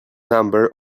number